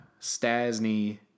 Stasny